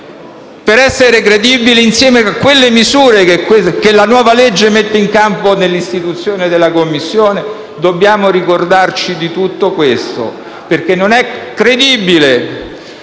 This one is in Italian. Per essere credibili, insieme alle nuove misure che la nuova legge metterà in campo nell'istituire la Commissione, dobbiamo ricordarci di tutto ciò, altrimenti non è credibile